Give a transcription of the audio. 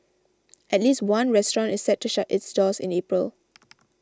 at least one restaurant is set to shut its doors in April